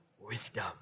wisdom